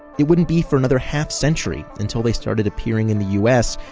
it wouldn't be for another half-century until they started appearing in the us,